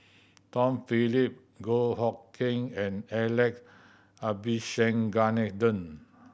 Tom Phillip Goh Hood Keng and Alex Abisheganaden